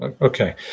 Okay